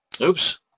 Oops